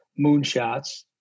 moonshots